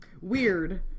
weird